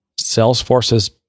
Salesforce's